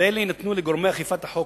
ואלה יינתנו לגורמי אכיפת החוק,